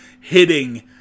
hitting